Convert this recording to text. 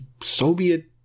soviet